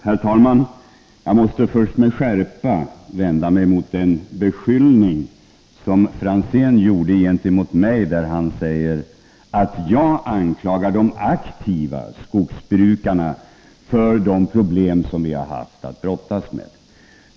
Herr talman! Jag måste först med skärpa vända mig mot den beskyllning Ivar Franzén riktade mot mig när han sade att jag anklagar de aktiva skogsbrukarna för de problem som vi har haft att brottas med.